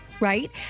right